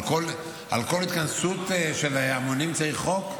על כל התכנסות של המונים צריך חוק?